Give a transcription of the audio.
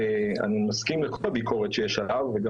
אני מסכים לכל הביקורת שיש על כך וגם